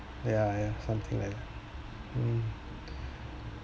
ya ya something like that mm